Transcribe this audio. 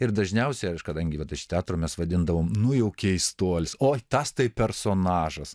ir dažniausia aš kadangi vat iš teatro mes vadindavom nu jau keistuolis oi tas tai personažas